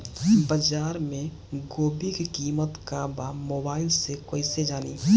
बाजार में गोभी के कीमत का बा मोबाइल से कइसे जानी?